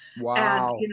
Wow